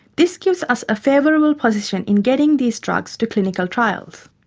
this gives us a favourable position in getting these drugs to clinical trials.